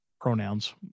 pronouns